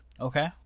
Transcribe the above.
okay